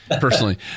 personally